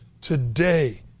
today